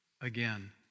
again